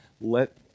Let